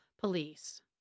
police